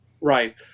Right